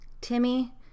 Timmy